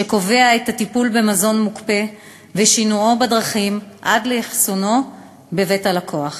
שקובע את הטיפול במזון מוקפא ושינועו בדרכים עד לאחסונו בבית הלקוח,